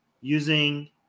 using